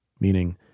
meaning